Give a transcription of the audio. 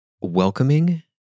welcoming